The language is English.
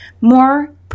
more